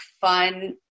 fun